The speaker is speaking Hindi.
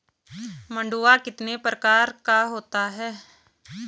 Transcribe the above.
मंडुआ कितने प्रकार का होता है?